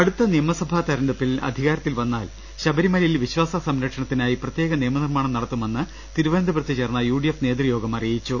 അടുത്ത നിയമസഭാ തെരഞ്ഞെടുപ്പിൽ അധികാരത്തിൽ വന്നാൽ ശബരിമലയിൽ വിശ്വാസ സംരക്ഷണത്തിനായി പ്രത്യേക നിയമ നിർമ്മാണം നടത്തുമെന്ന് തിരുവനന്തപുരത്ത് ചേർന്ന യുഡിഎഫ് നേതൃയോഗം അറിയിച്ചു